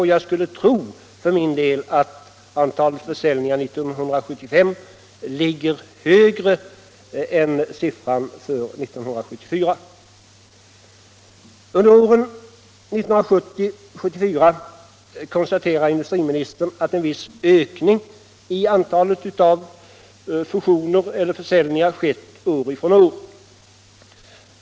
Och jag skulle tro att antalet försäljningar 1975 ligger över siffran för 1974. Industriministern konstaterar att under åren 1970-1974 en viss ökning i antalet fusioner eller försäljningar har skett från år till år.